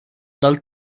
dal